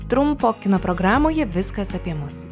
trumpo kino programoje viskas apie mus